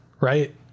right